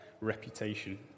reputation